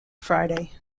friday